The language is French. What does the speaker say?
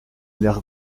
l’air